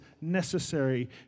necessary